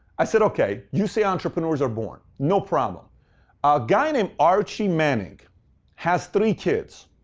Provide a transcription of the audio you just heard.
i say okay, you say entrepreneurs are born. no problem. a guy named archie manning has three kids.